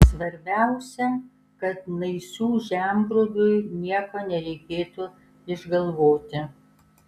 svarbiausia kad naisių žemgrobiui nieko nereikėtų išgalvoti